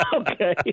Okay